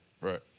Right